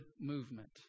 movement